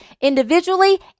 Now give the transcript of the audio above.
individually